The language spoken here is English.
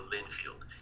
Linfield